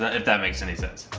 ah if that makes any sense.